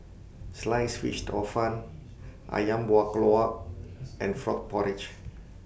Sliced Fish Hor Fun Ayam Buah Keluak and Frog Porridge